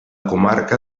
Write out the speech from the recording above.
comarca